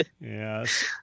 Yes